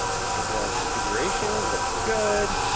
synchronous configuration, looks good.